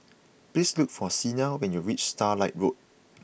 please look for Cena when you reach Starlight Road